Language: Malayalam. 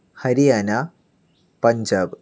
ഹരിയാന പഞ്ചാബ്